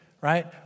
right